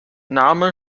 name